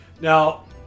Now